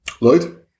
Lloyd